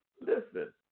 Listen